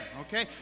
Okay